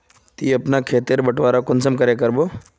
ती अपना खेत तेर बटवारा कुंसम करे करबो?